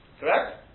Correct